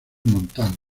montanos